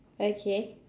okay